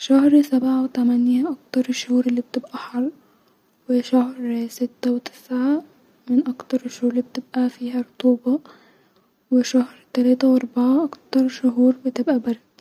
شهر سابعه وتمانيه-اكتر الشهور الي بتبقي حر-وشهر سته وتسعه من اكتر الشهور الي بتبقي فيها رطوبه-وشهر تلاته واربعه اكتر الشهور الي بتبقي برد